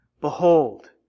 Behold